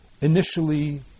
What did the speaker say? Initially